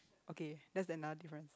okay that's another difference